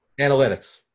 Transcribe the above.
Analytics